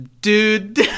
Dude